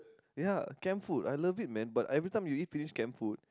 ya camp food I love it man but every time you eat finish camp food